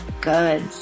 Good